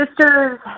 sisters